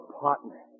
partner